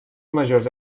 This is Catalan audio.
majors